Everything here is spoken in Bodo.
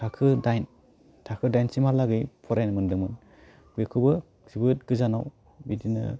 थाखो डाइन थाखो डाइनसिम हालागै फरायनो मोन्दोंमोन बेखौबो जोबोर गोजानाव बिदिनो